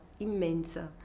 immensa